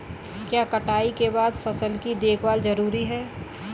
क्या कटाई के बाद फसल की देखभाल जरूरी है?